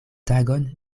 tagon